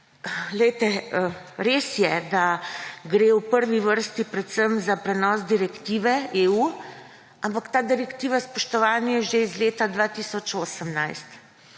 Res je, da gre v prvi vrsti predvsem za prenos direktive EU, ampak ta direktiva, spoštovani, je že iz leta 2018.